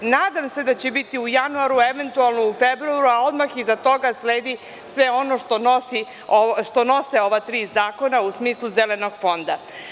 Nadam se da će biti u januaru, eventualno u februaru, a odmah iza toga sledi sve ono što nose ova tri zakona u smislu „Zelenog fonda“